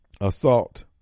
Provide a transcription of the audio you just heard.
assault